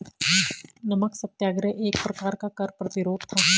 नमक सत्याग्रह एक प्रकार का कर प्रतिरोध था